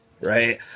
Right